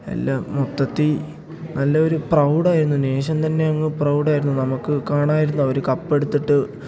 എല്ലാം മൊത്തത്തിൽ നല്ലൊരു പ്രൗഡായിരുന്നു നേഷൻ തന്നെയങ്ങ് പ്രൗഡായിരുന്നു നമുക്ക് കാണാമായിരുന്നു അവർ കപ്പ് എടുത്തിട്ട്